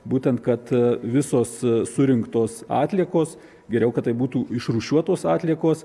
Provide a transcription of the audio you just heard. būtent kad visos surinktos atliekos geriau kad tai būtų išrūšiuotos atliekos